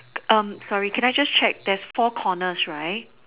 I am sorry can I check there's four corners right